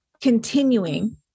continuing